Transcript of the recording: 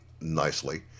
nicely